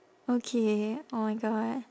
okay oh my god